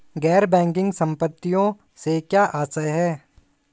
गैर बैंकिंग संपत्तियों से क्या आशय है?